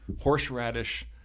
Horseradish